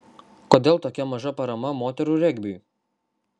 kodėl tokia maža parama moterų regbiui